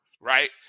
right